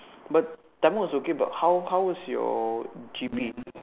but Tamil was okay but how how was your G_P